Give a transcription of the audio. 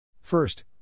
First